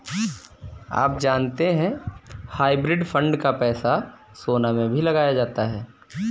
आप जानते है हाइब्रिड फंड का पैसा सोना में भी लगाया जाता है?